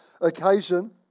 occasion